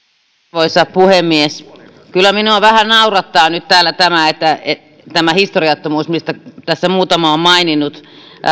arvoisa puhemies kyllä minua vähän naurattaa nyt tämä historiattomuus mistä tässä muutama on maininnut